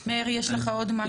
מאיר, יש לך משהו להוסיף?